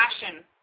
passion